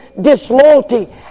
disloyalty